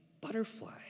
butterfly